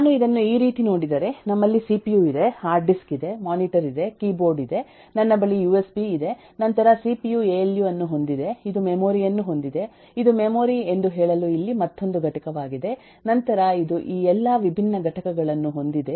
ನಾನು ಇದನ್ನು ಈ ರೀತಿ ನೋಡಿದರೆ ನಮ್ಮಲ್ಲಿ ಸಿಪಿಯು ಇದೆ ಹಾರ್ಡ್ ಡಿಸ್ಕ್ ಇದೆ ಮಾನಿಟರ್ ಇದೆ ಕೀಬೋರ್ಡ್ ಇದೆ ನನ್ನ ಬಳಿ ಯುಎಸ್ ಬಿ ಇದೆ ನಂತರ ಸಿಪಿಯು ಎ ಎಲ್ ಯು ಅನ್ನು ಹೊಂದಿದೆ ಇದು ಮೆಮೊರಿ ಯನ್ನು ಹೊಂದಿದೆ ಇದು ಮೆಮೊರಿ ಎಂದು ಹೇಳಲು ಇಲ್ಲಿ ಮತ್ತೊಂದು ಘಟಕವಾಗಿದೆ ನಂತರ ಇದು ಈ ಎಲ್ಲಾ ವಿಭಿನ್ನ ಘಟಕಗಳನ್ನು ಹೊಂದಿದೆ